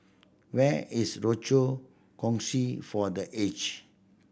where is Rochor Kongsi for The Aged